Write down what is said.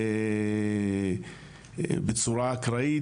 בצורה אקראית,